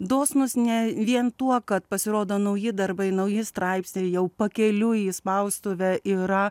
dosnūs ne vien tuo kad pasirodo nauji darbai nauji straipsniai jau pakeliui į spaustuvę yra